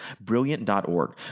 brilliant.org